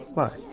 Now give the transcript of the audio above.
why?